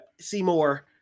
Seymour